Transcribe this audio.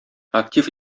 актив